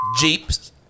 Jeeps